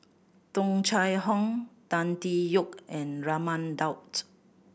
Tung Chye Hong Tan Tee Yoke and Raman Daud